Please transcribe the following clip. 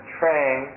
train